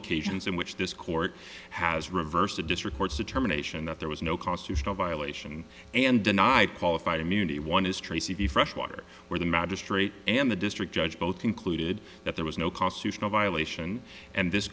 occasions in which this court has reversed the district court's determination that there was no constitutional violation and denied qualified immunity one is tracie the fresh water where the magistrate and the district judge both concluded that there was no constitutional violation and this